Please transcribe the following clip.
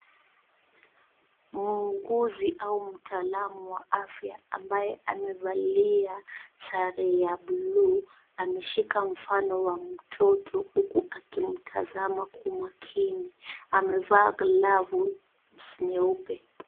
Muuguzi au mtaalamu wa afya ambaye amevalia sare ya blue , ameshika mfano wa mtoto huku akimtazama kwa makini. Amevaa glavu nyeupe.